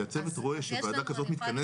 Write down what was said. שהצוות רואה שוועדה כזאת מתכנסת אצלנו.